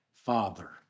Father